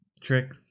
trick